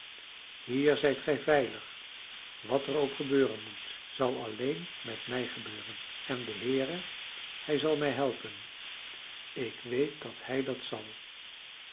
hier zijt gij veilig wat er ook gebeuren moet zal alleen met mij gebeuren en de heere hij zal mij helpen ik weet dat hij dat zal